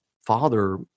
father